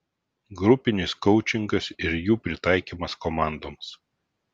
grupinis koučingas ir jų pritaikymas komandoms